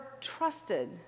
trusted